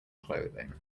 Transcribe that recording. clothing